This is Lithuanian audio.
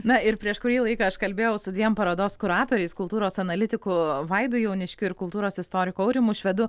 na ir prieš kurį laiką aš kalbėjau su dviem parodos kuratoriais kultūros analitiku vaidu jauniškiu ir kultūros istoriku aurimu švedu